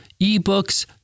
eBooks